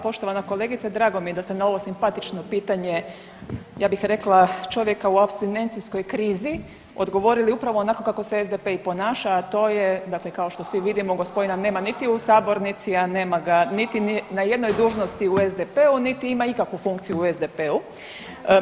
Poštovana kolegice drago mi je da ste na ovo simpatično pitanje ja bih rekla čovjeka u apstinencijskoj krizi odgovorili upravo onako kako se SDP i ponaša, a to je dakle kao što vidimo gospodina nema niti u sabornici, a nema ga niti na jednoj dužnosti u SDP-u niti ima ikakvu funkciju u SDP-u.